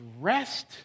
rest